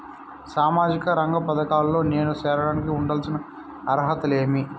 సామాజిక రంగ పథకాల్లో నేను చేరడానికి ఉండాల్సిన అర్హతలు ఏమి?